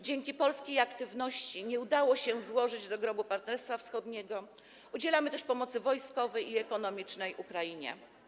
Dzięki polskiej aktywności nie udało się złożyć do grobu Partnerstwa Wschodniego, udzielamy też pomocy wojskowej i ekonomicznej Ukrainie.